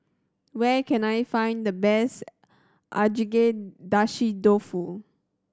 where can I find the best Agedashi Dofu